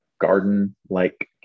garden-like